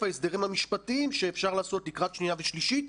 ההסדרים המשפטיים שאפשר לעשות לקראת שנייה ושלישית,